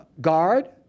guard